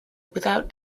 without